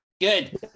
Good